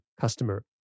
customer